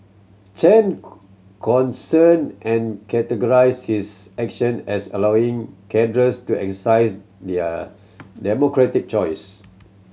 Chen concern and characterised his action as allowing cadres to exercise their democratic choice